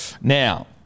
Now